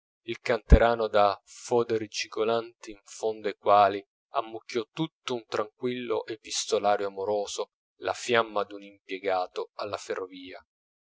il canterano da foderi cigolanti in fondo ai quali ammucchiò tutto un tranquillo epistolario amoroso la fiamma d'un impiegato alla ferrovia